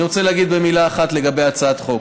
אני רוצה להגיד מילה אחת לגבי הצעת החוק.